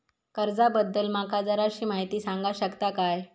कर्जा बद्दल माका जराशी माहिती सांगा शकता काय?